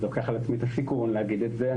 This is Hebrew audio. אני לוקח על עצמי את הסיכון להגיד את זה.